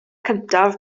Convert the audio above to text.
cyntaf